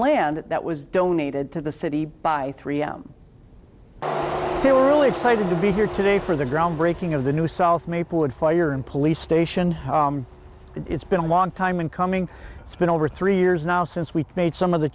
land that was donated to the city by three m they were really excited to be here today for the groundbreaking of the new south maple wood fire and police station it's been a long time in coming it's been over three years now since we made some of the